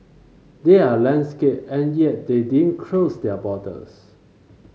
they're land scarce and yet they didn't close their borders